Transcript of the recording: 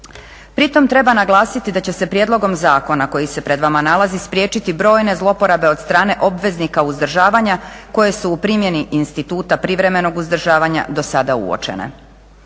Pri tome treba naglasiti da će se prijedlogom zakona koji se pred vama nalazi spriječiti brojne zlouporabe od strane obveznika uzdržavanja koje su u primjeni instituta privremenog uzdržavanja do sada uočene.